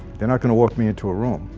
they're not gonna walk me into a room.